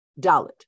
dalit